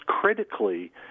critically